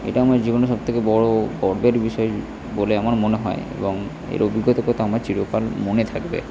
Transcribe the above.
এটা আমার জীবনে সবথেকে বড় গর্বের বিষয় বলে আমার মনে হয় এবং এই অভিজ্ঞতার কথা আমার চিরকাল মনে থাকবে